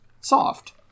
Soft